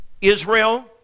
Israel